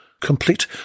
Complete